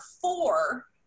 four